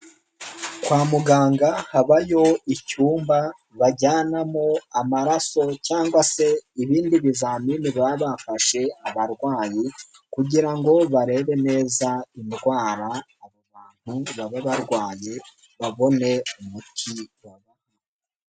Kwa muganga habayo icyumba bajyanamo amaraso cyangwa se ibindi bizamini baba bafashe abarwayi, kugira ngo barebe neza indwara aba bantu baba barwaye babone umuti babaha.